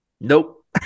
Nope